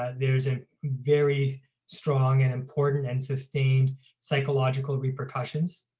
ah there's a very strong and important and sustained psychological repercussions,